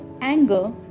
anger